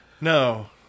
No